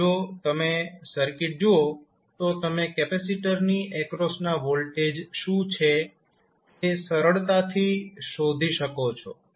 હવે જો તમે સર્કિટ જુઓ તો તમે કેપેસિટરની એક્રોસના વોલ્ટેજ શું હશે તે સરળતાથી શોધી શકો છો